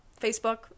Facebook